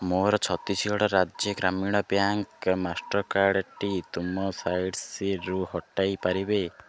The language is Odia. ମୋର ଛତିଶଗଡ଼ ରାଜ୍ୟ ଗ୍ରାମୀଣ ବ୍ୟାଙ୍କ୍ ମାଷ୍ଟର୍କାର୍ଡ଼୍ଟି ତୁମ ସାଇଟ୍ସ୍ରୁ ହଟାଇ ପାରିବେ